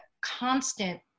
constant